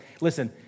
listen